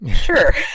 sure